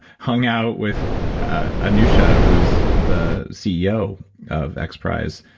hung out with anousheh, ah who's the ceo of x prize,